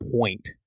point